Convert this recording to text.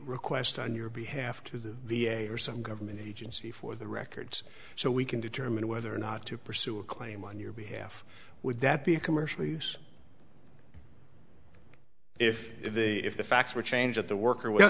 request on your behalf to the v a or some government agency for the records so we can determine whether or not to pursue a claim on your behalf would that be commercially if they if the facts were changed at the work or w